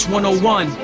101